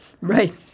Right